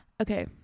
Okay